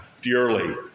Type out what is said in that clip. dearly